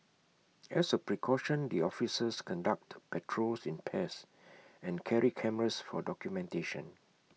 as A precaution the officers conduct patrols in pairs and carry cameras for documentation